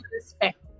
respect